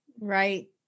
Right